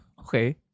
Okay